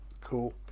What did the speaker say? Cool